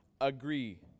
agree